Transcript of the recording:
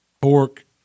pork